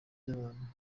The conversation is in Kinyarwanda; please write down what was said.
by’abantu